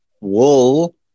wool